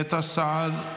את השר,